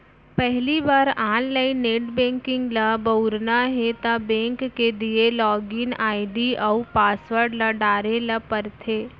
पहिली बार online net banking ल बउरना हे त बेंक के दिये लॉगिन आईडी अउ पासवर्ड ल डारे ल परथे